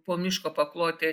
po miško paklote